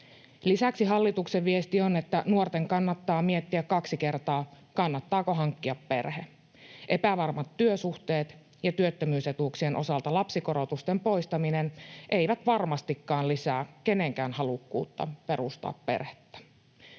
Lisäksi hallituksen viesti on, että nuorten kannattaa miettiä kaksi kertaa, kannattaako hankkia perhe. Epävarmat työsuhteet ja työttömyysetuuksien osalta lapsikorotusten poistaminen eivät varmastikaan lisää kenenkään halukkuutta perustaa perhettä.